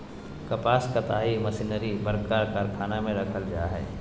कपास कताई मशीनरी बरका कारखाना में रखल जैय हइ